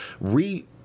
Re